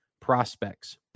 prospects